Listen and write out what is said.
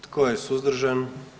Tko je suzdržan?